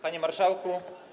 Panie Marszałku!